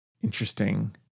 interesting